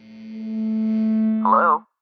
Hello